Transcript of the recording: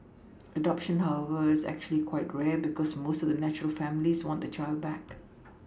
adoption however is actually quite rare because most of the natural families want the child back